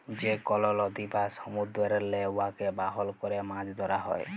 যে কল লদী বা সমুদ্দুরেল্লে উয়াকে বাহল ক্যরে মাছ ধ্যরা হ্যয়